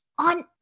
On